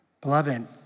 Beloved